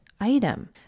item